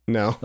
no